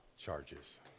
charges